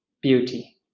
beauty